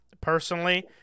personally